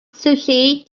sushi